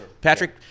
Patrick